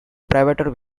privateer